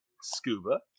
scuba